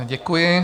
Děkuji.